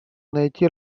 найти